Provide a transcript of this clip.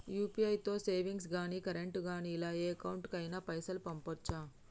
UPI తో savings గాని current గాని ఇలా ఏ అకౌంట్ కైనా పైసల్ పంపొచ్చా?